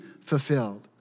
fulfilled